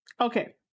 Okay